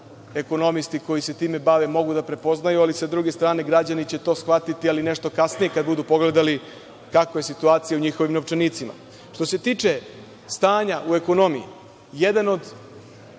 ekonomisti koji se time bave mogu da prepoznaju, ali sa druge strane građani će to shvatiti ali nešto kasnije kada budu pogledali kakva je situacija u njihovim novčanicima. Što se tiče stanja u ekonomiji, jedan od